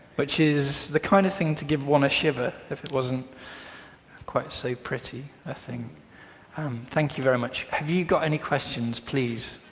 which is the kind of thing to give one a shiver if it wasn't quite so pretty. ah um thank you very much. have you got any questions please?